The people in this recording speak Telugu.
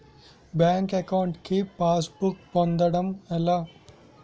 బ్యాంక్ అకౌంట్ కి పాస్ బుక్ పొందడం ఎలా?